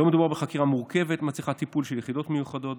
לא מדובר בחקירה מורכבת שמצריכה טיפול של יחידות מיוחדות.